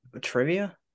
trivia